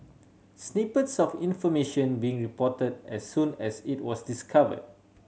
snippets of information being report as soon as it was discover